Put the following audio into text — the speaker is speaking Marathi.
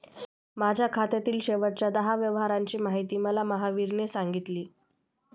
माझ्या खात्यातील शेवटच्या दहा व्यवहारांची माहिती मला महावीरने सांगितली